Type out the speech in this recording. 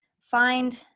find